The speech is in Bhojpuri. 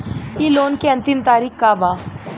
इ लोन के अन्तिम तारीख का बा?